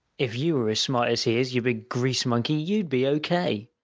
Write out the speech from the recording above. if you were as smart as he is, you big grease monkey, you'd be o k.